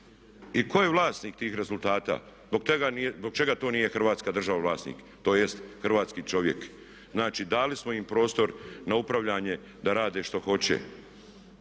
i tko je vlasnik tih rezultata? Zbog čega to nije Hrvatska država vlasnik tj. hrvatski čovjek? Znači, dali smo im prostor na upravljanje da rade što hoće.